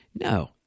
no